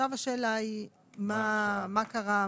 השאלה היא מה קרה.